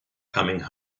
coming